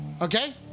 okay